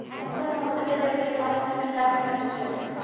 तुमको समुद्र के तट के पास नमी काफी महसूस होगी